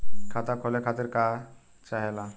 खाता खोले खातीर का चाहे ला?